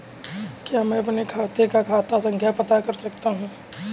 क्या मैं अपने खाते का खाता संख्या पता कर सकता हूँ?